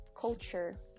culture